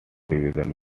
division